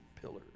pillars